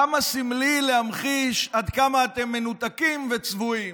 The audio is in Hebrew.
כמה סמלי להמחיש עד כמה אתם מנותקים וצבועים.